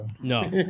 No